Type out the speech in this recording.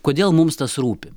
kodėl mums tas rūpi